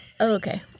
Okay